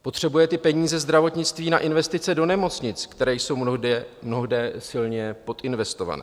Potřebuje ty peníze zdravotnictví na investice do nemocnic, které jsou mnohde silně podinvestované.